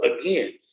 again